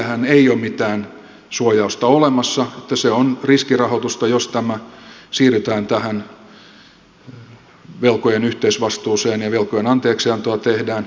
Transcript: sillehän ei ole mitään suojausta olemassa se on riskirahoitusta jos tämä siirretään tähän velkojen yhteisvastuuseen ja velkojen anteeksiantoa tehdään